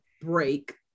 break